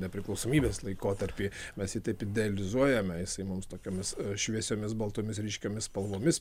nepriklausomybės laikotarpį mes jį taip idealizuojame jisai mums tokiomis šviesiomis baltomis ryškiomis spalvomis